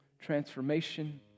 transformation